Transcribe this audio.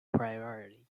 priority